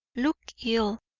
look ill,